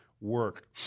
Work